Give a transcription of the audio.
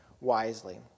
wisely